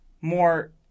more